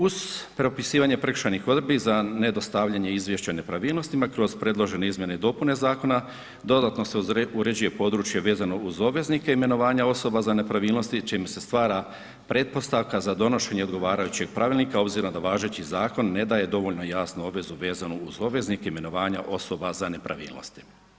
Uz propisivanje prekršajnih odredbi za nedostavljanje izvješća o nepravilnostima kroz predložene izmjene i dopune zakona, dodatno se uređuje područje vezano uz obveznike imenovanja osoba za nepravilnosti čime se stvara pretpostavka za donošenje odgovarajućeg pravilnika obzirom da važeći zakon ne daje dovoljno jasnu obvezu vezano uz obveznike imenovanja osoba za nepravilnosti.